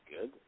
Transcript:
good